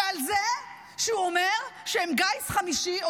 ועל זה שהוא אומר שהם גיס חמישי,